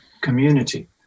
community